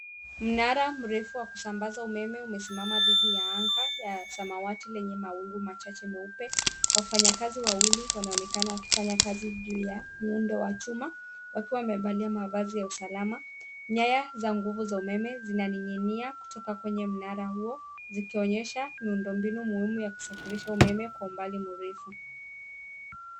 Mnara mrefu wa kusambaza umeme umesimama dhidi ya anga ya samawati lenye mawingu machache meupe. Wafanyakazi wawili wanaoneka wakifanya kazi juu ya muundo wa chuma wakiwa wamevalia mavazi ya usalama. Nyaya za nguvu za umeme zinaning'inia kutoka kwenye mnara huo, zikionyesha muundombinu muhimu wa kusafirisha umeme kwa umbali mrefu.